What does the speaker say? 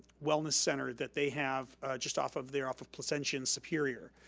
wellness center that they have just off of there off of placentia and superior.